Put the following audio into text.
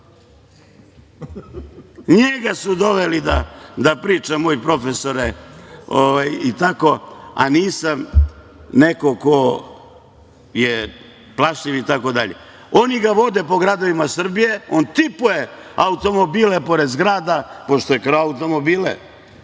njega su doveli da priča, moj profesore, a nisam neko ko je plašljiv itd. Oni ga vode po gradovima Srbije, on tipuje automobile pored zgrada, pošto je krao automobile,